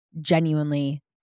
genuinely